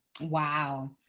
Wow